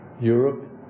Europe